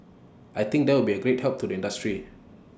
I think that will be A great help to the industry